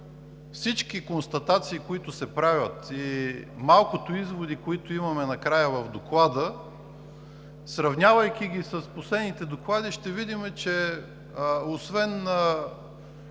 всички констатации, които се правят, и малкото изводи, които имаме накрая в Доклада, сравнявайки ги с последните доклади, ще видим, че освен